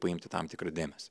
paimti tam tikrą dėmesį